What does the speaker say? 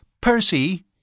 Percy